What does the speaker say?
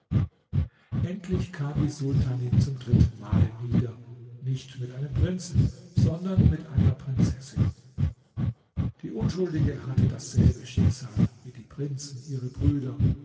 endlich kam die sultanin zum drittenmale nieder nicht mit einem prinzen sondern mit einer prinzessin die unschuldige hatte dasselbe schicksal wie die prinzen ihre brüder